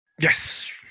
Yes